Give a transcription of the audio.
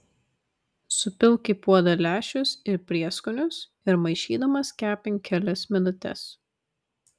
supilk į puodą lęšius ir prieskonius ir maišydamas kepink kelias minutes